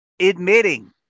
admitting